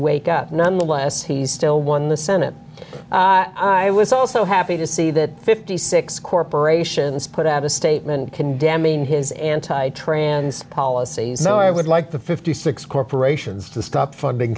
wake up nonetheless he's still won the senate i was also happy to see that fifty six corporations put out a statement condemning his anti trans policies i would like the fifty six corporations to stop funding